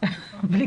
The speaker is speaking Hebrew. בלי קשר לקורונה.